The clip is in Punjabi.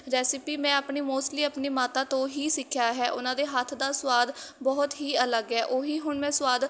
ਰੈਸੀਪੀ ਮੈਂ ਆਪਣੀ ਮੋਸਟਲੀ ਆਪਣੀ ਮਾਤਾ ਤੋਂ ਹੀ ਸਿੱਖਿਆ ਹੈ ਉਹਨਾਂ ਦੇ ਹੱਥ ਦਾ ਸਵਾਦ ਬਹੁਤ ਹੀ ਅਲੱਗ ਹੈ ਉਹੀ ਹੁਣ ਮੈਂ ਸਵਾਦ